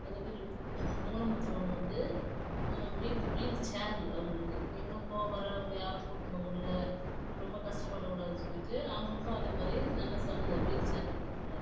அதே மாரி உ ஊனமுற்றவங்க வந்து வீ வீல்ச்சேர் அவங்களுக்கு எங்கனா போக வர அவங்க யாரும் கூட்டுனு போக முடியல ரொம்ப கஷ்டப்படக்கூடாதுன்னு சொல்லிட்டு அவங்களுக்கும் அதே மாதிரி நல்ல சலுகை வீல்ச்சேர் கொடுத்துருக்குறாங்க